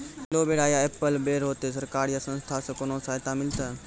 Aloe vera या apple बैर होते? सरकार या संस्था से कोनो सहायता मिलते?